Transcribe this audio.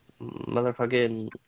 Motherfucking